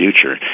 future